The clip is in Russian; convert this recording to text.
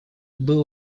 было